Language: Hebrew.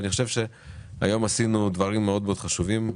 אני חושב שהיום עשינו דברים מאוד חשובים,